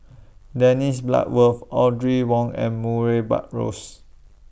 Dennis Bloodworth Audrey Wong and Murray Buttrose